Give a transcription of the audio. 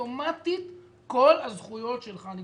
ואוטומטית כל הזכויות שלך נטענות.